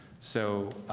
so